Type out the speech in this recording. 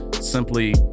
simply